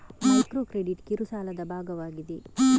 micro credit ಕಿರು ಸಾಲದ ಭಾಗವಾಗಿದೆ